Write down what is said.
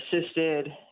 assisted